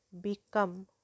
become